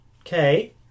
Okay